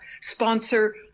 sponsor